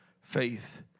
Faith